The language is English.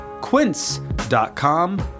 Quince.com